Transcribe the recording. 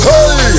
Hey